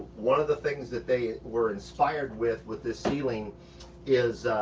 one of the things that they were inspired with with this ceiling is,